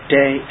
day